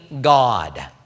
God